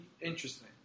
interesting